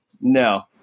No